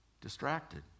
Distracted